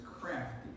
crafty